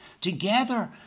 together